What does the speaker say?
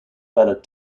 ballot